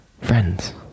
friends